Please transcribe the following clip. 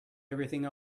everything